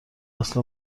اصلا